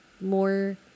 more